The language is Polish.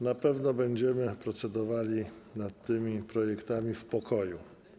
Na pewno będziemy procedowali nad tymi projektami w pokoju.